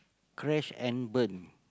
crash and burn